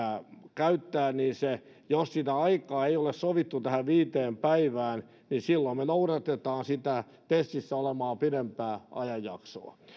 käyttää ja jos sitä aikaa ei ole sovittu tähän viiteen päivään silloin me noudatamme sitä tesissä olevaa pidempää ajanjaksoa